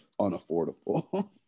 unaffordable